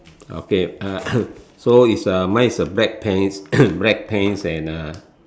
okay uh so is a mine is a black pants black pants and uh